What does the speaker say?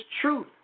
truth